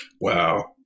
Wow